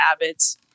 habits